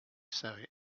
surrey